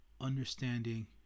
understanding